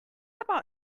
about